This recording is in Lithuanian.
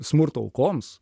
smurto aukoms